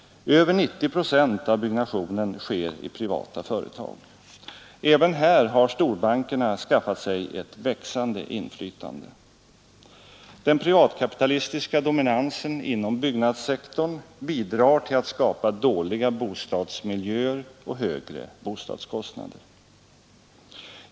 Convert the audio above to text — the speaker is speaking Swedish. Över 90 procent av byggnationen sker i privata företag. Även här har storbankerna skaffat sig ett växande inflytande. Den privatkapitalistiska dominansen inom byggnadssektorn bidrar till att skapa dåliga bostadsmiljöer och högre bostadskostnader.